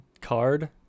card